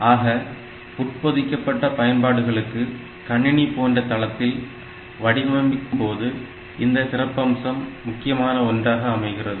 ஆக உட்பொதிக்கப்பட்ட பயன்பாடுகளுக்கு கணினி போன்ற தளத்தில் வடிவமைக்கும்போது இந்த சிறப்பம்சம் முக்கியமான ஒன்றாக அமைகிறது